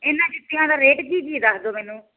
ਇਹਨਾਂ ਜੁਤੀਆਂ ਦਾ ਰੇਟ ਕੀ ਜੀ ਦੱਸ ਦਿਓ ਮੈਨੂੰ